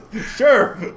Sure